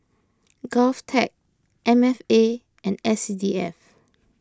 Govtech M F A and S C D F